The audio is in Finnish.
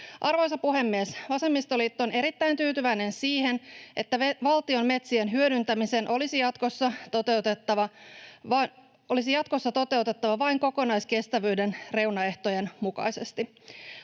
Arvoisa puhemies! Vasemmistoliitto on erittäin tyytyväinen siihen, että valtion metsien hyödyntäminen olisi jatkossa toteutettava vain kokonaiskestävyyden reunaehtojen mukaisesti.